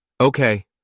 Okay